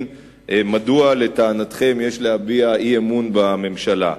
מדוע לטענתכם יש להביע אי-אמון בממשלה.